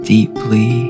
deeply